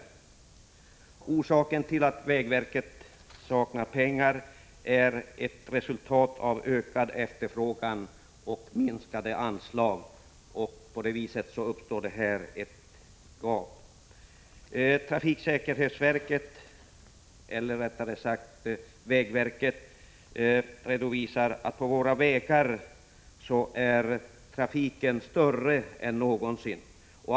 Det faktum att vägverket saknar pengar är ett resultat av ökad efterfrågan och minskade anslag. På det viset uppstår det ett gap. Vägverket redovisar att trafiken på våra vägar är mer omfattande än någonsin.